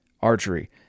archery